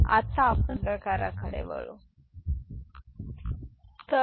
आता आपण भागाकारकडे वळू शकतो